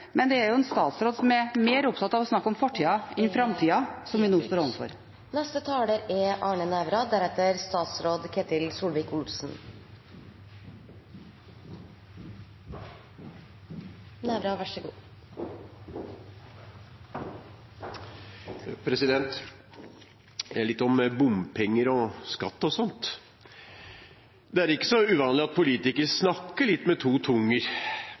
Men det er jo en statsråd som er mer opptatt av å snakke om fortida enn om framtida, som vi nå står overfor. Litt om bompenger og skatt og sånt: Det er ikke så uvanlig at politikere snakker med to tunger,